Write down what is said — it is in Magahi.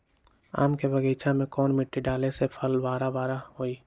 आम के बगीचा में कौन मिट्टी डाले से फल बारा बारा होई?